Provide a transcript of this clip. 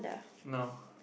no